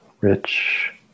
rich